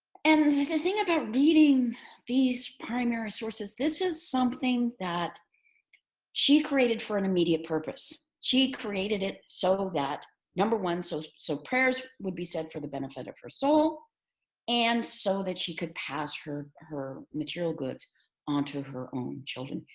and the like thing about reading these primary sources, this is something that she created for an immediate purpose. she created it so that number one so so prayers would be said for the benefit of her soul and so that she could pass her her material goods onto her own children.